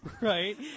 Right